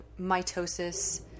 mitosis